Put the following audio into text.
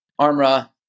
Armra